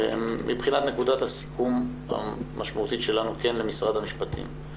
מבחינת נקודת הסיכום המשמעותית שלנו למשרד המשפטים,